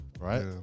Right